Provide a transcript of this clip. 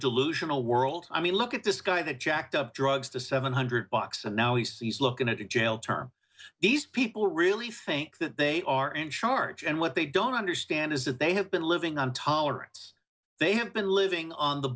delusional world i mean look at this guy that jacked up drugs to seven hundred bucks and now he's looking at a jail term these people really think that they are in charge and what they don't understand is that they have been living on tolerance they have been living on the